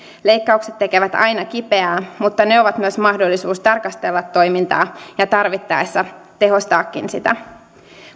leikkaukset tekevät aina kipeää mutta ne ovat myös mahdollisuus tarkastella toimintaa ja tarvittaessa tehostaakin sitä